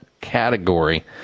category